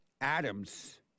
Adams